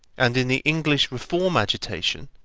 and in the english reform agitation,